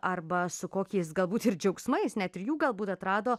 arba su kokiais galbūt ir džiaugsmais net ir jų galbūt atrado